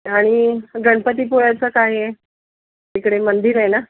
आणि गणपती पुळ्याचं काय आहे तिकडे मंदिर आहे ना